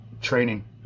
training